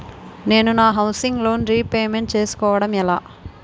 నేను నా housing loan repayment చేసుకోవటం ఎలా?